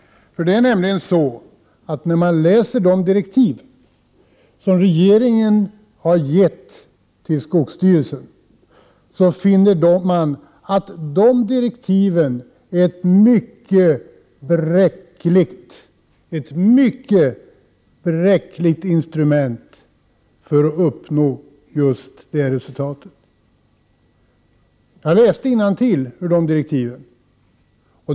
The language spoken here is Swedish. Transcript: När man läser de direktiv som regeringen har gett till skogsstyrelsen, finner man att dessa utgör ett mycket bräckligt instrument för att uppnå resultatet. Jag har läst direktiven.